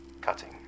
cutting